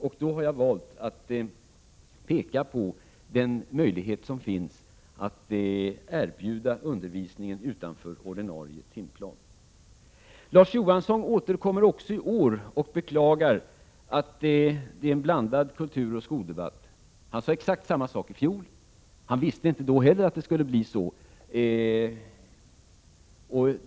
Jag har valt att peka på den möjlighet som finns att erbjuda undervisning utanför ordinarie timplan. Larz Johansson återkommer även i år och beklagar att det är en blandad kulturoch skoldebatt. Han sade exakt samma sak i fjol. Han visste inte då heller att det skulle bli så.